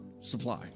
supply